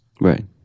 Right